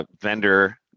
vendor